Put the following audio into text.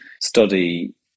study